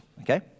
okay